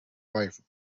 life